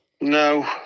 No